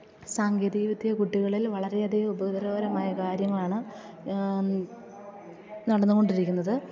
സാങ്കേതികവിദ്യ കുട്ടികളിൽ വളരെയധികം ഉപകാരകരമായ കാര്യമാണ് നടന്നുകൊണ്ടിരിക്കുന്നത്